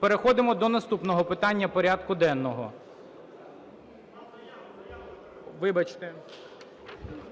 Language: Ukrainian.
Переходимо до наступного питання порядку денного. Вибачте.